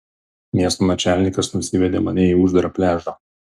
miesto načalnikas nusivedė mane į uždarą pliažą